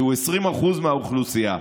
שהוא 20% מהאוכלוסייה.